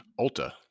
ulta